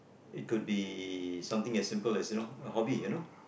it could be something as simple as you know a hobby